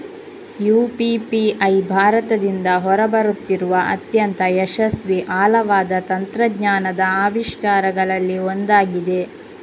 UPI ಭಾರತದಿಂದ ಹೊರ ಬರುತ್ತಿರುವ ಅತ್ಯಂತ ಯಶಸ್ವಿ ಆಳವಾದ ತಂತ್ರಜ್ಞಾನದ ಆವಿಷ್ಕಾರಗಳಲ್ಲಿ ಒಂದಾಗಿದೆ